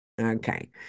Okay